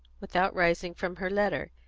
without rising from her letter,